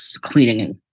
cleaning